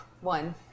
One